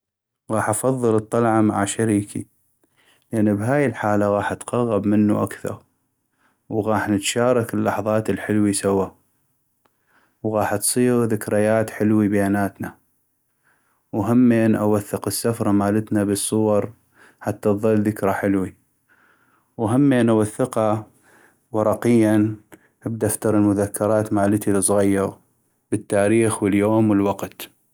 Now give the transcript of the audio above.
غاح أفضل الطلعة مع شريكي ، لان بهاي الحالة غاح اتقغب منو اكثغ .وغاح نتشارك اللحظات الحلوي سوى ، وغاح تصيغ ذكريات حلوي بيناتنا وهمين أوثق السفرة مالتنا بالصور حتى تضل ذكرى حلوي وهمين اوثقه ورقياً بدفتر المذكرات مالتي الصغيغ بالتاريخ واليوم والوقت.